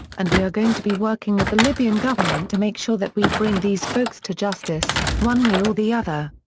and we are going to be working with the libyan government to make sure that we bring these folks to justice, one way or the other.